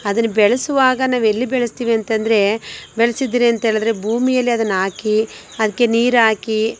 ಅದನ್ನು ಬೆಳೆಸುವಾಗ ನಾವು ಎಲ್ಲಿ ಬೆಳೆಸ್ತೀವಿ ಅಂತ ಅಂದ್ರೆ ಬೆಳೆಸಿದರೆ ಅಂಥೇಳಿದ್ರೆ ಭೂಮಿಯಲ್ಲಿ ಅದನ್ನು ಹಾಕಿ ಅದಕ್ಕೆ ನೀರಾಕಿ